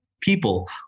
people